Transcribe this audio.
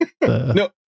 No